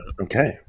okay